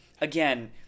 again